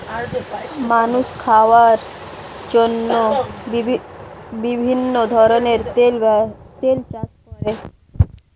মানুষ খাওয়ার জন্য বিভিন্ন ধরনের তেল চাষ করে